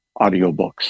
audiobooks